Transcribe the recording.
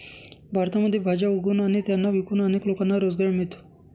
भारतामध्ये भाज्या उगवून आणि त्यांना विकून अनेक लोकांना रोजगार मिळतो